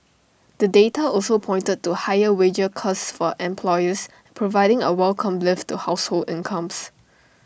the data also pointed to higher wages costs for employers providing A welcome lift to household incomes